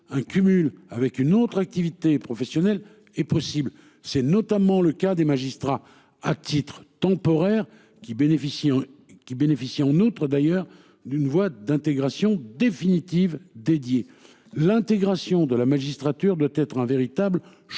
un cumul avec une autre activité professionnelle est possible. C'est notamment le cas des magistrats à titre temporaire qui bénéficie qui bénéficie en outre d'ailleurs d'une voie d'intégration définitive dédié l'intégration de la magistrature doit être un véritable choix.